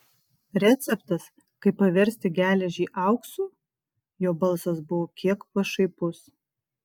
receptas kaip paversti geležį auksu jo balsas buvo kiek pašaipus